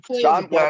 John